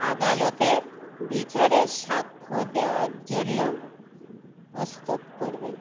আদালতের বিচারের সাক্ষ্য দেওয়ার জন্য প্রস্তুত করবেন